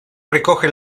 recoge